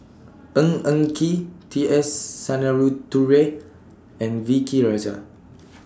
Ng Eng Kee T S Sinnathuray and V K Rajah